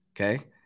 okay